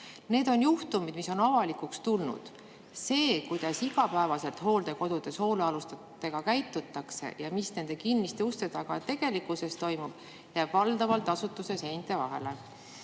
Need on juhtumid, mis on avalikuks tulnud. See, kuidas igapäevaselt hooldekodudes hoolealustega käitutakse ja mis nende kinniste uste taga tegelikkuses toimub, jääb valdavalt asutuse seinte vahele. Olen